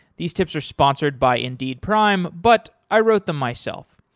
these tips are sponsored by indeed prime, but i wrote them myself.